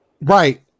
Right